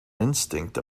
instinct